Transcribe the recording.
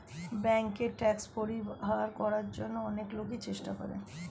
ব্যাংকে ট্যাক্স পরিহার করার জন্য অনেক লোকই চেষ্টা করে